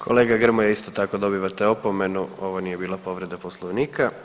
Kolega Grmoja isto tako dobivate opomenu, ovo nije bila povreda Poslovnika.